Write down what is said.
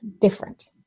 different